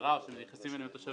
הסדרה או נכנסים אליהם תושבים,